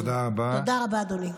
תודה רבה, אדוני.